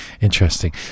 interesting